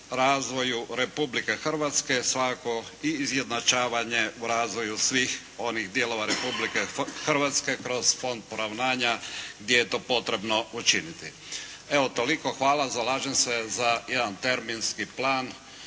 razvoju Republike Hrvatske, svakako i izjednačavanja u razvoju svih onih dijelova Republike Hrvatske kroz Fond poravnanja gdje je to potrebno učiniti. Evo, toliko, hvala, zalažem se za jedan terminski plan